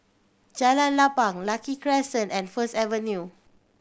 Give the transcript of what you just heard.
Jalan Lapang Lucky Crescent and First Avenue